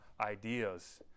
ideas